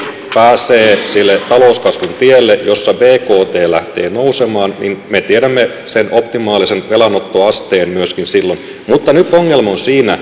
pääsee sille talouskasvun tielle jossa bkt lähtee nousemaan niin me tiedämme sen optimaalisen velanottoasteen myöskin silloin mutta nyt ongelma on vain siinä